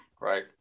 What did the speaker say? right